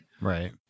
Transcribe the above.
Right